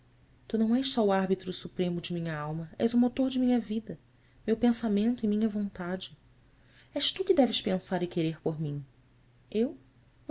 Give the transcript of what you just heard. tu não és só o árbitro supremo de minha alma és o motor de minha vida meu pensamento e minha vontade és tu que deves pensar e querer por mim eu